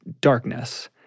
darkness